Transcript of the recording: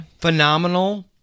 Phenomenal